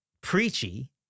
preachy